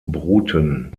bruten